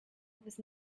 was